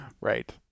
Right